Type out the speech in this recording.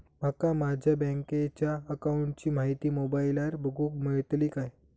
माका माझ्या बँकेच्या अकाऊंटची माहिती मोबाईलार बगुक मेळतली काय?